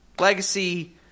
Legacy –